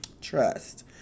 Trust